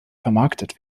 vermarktet